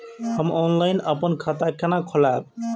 हम ऑनलाइन अपन खाता केना खोलाब?